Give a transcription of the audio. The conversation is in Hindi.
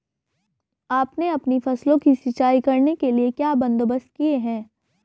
आपने अपनी फसलों की सिंचाई करने के लिए क्या बंदोबस्त किए है